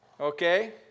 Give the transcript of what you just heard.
okay